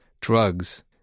Drugs